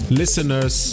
listeners